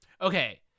Okay